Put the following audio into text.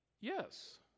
Yes